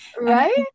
right